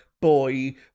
Boy